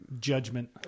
Judgment